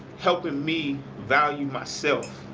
helping me value myself.